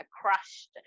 crushed